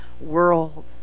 world